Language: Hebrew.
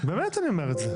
באמת אני אומר את זה.